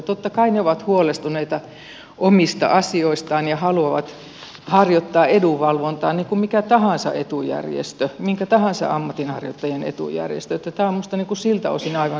totta kai ne ovat huolestuneita omista asioistaan ja haluavat harjoittaa edunvalvontaa niin kuin mikä tahansa etujärjestö minkä tahansa ammatinharjoittajien etujärjestö niin että tämä on minusta siltä osin aivan selvää